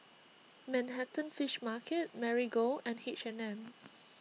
Manhattan Fish Market Marigold and H and M